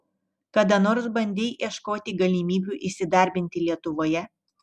kada nors bandei ieškoti galimybių įsidarbinti lietuvoje